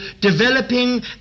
developing